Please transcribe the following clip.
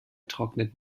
trocknet